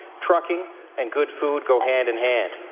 trucking and good food go hand in hand.